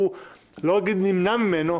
אני לא אגיד שנמנע ממנו,